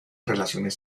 relaciones